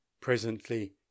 presently